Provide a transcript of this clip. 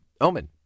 Omen